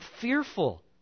fearful